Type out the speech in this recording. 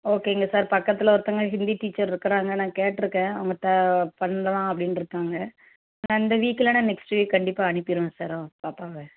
ஓகேங்க சார் பக்கத்தில் ஒருத்தங்க ஹிந்தி டீச்சர் இருக்கிறாங்க நான் கேட்டுருக்கேன் அவங்கள்ட்ட பண்ணலாம் அப்படின்ருக்காங்க நான் இந்த வீக் இல்லைன்னா நெக்ஸ்ட் வீக் கண்டிப்பாக அனுப்பிடுவேன் சார் அவளை பாப்பாவை